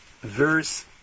verse